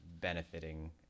benefiting